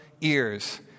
ears